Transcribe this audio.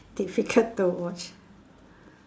difficult to watch